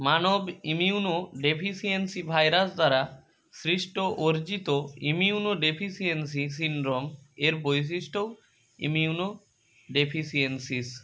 মানব immunodeficiency virus দ্বারা সৃষ্ট অর্জিত ইমিউনো ডেফিসিয়েন্সি সিন্ড্রোম এর বৈশিষ্ট্যও ইমিউনো ডেফিসিয়েন্সিস